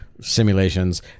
simulations